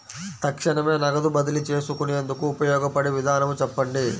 తక్షణమే నగదు బదిలీ చేసుకునేందుకు ఉపయోగపడే విధానము చెప్పండి?